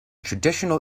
traditional